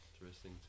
interesting